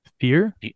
Fear